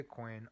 Bitcoin